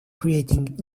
creating